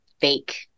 fake